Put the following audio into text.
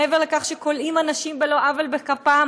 מעבר לכך שכולאים אנשים בלא עוול בכפם,